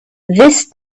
this